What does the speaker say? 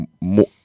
more